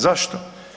Zašto?